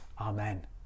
amen